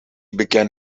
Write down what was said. began